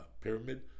pyramid